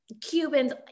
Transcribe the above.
Cubans